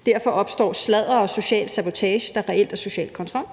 og derfor opstår sladder og social sabotage, der reelt er social kontrol;